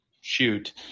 shoot